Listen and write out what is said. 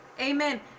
Amen